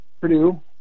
Purdue